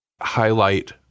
highlight